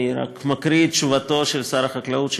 אני רק מקריא את תשובתו של שר החקלאות.